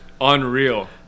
Unreal